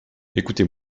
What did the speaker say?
écoutez